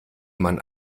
man